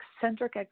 eccentric